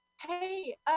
hey